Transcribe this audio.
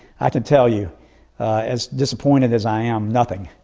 i can tell you as disappointed as i am nothing.